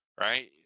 right